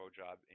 job